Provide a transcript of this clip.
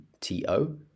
T-O